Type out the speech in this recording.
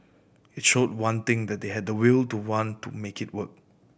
it showed one thing that they had the will to want to make it work